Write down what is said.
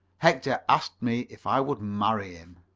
hector asked me if i would marry him.